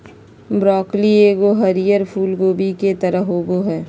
broccoli एगो हरीयर फूल कोबी के तरह होबो हइ